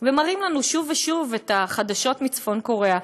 ומראים לנו שוב ושוב את החדשות מצפון-קוריאה,